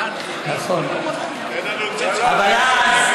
אתה היית